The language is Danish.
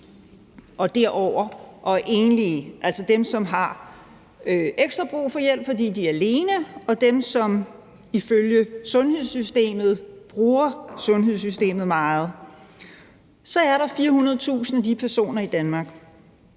er enlige, altså dem, som har ekstra brug for hjælp, fordi de er alene, og dem, som ifølge sundhedssystemet bruger sundhedssystemet meget, så er der 400.000 af de personer i Danmark.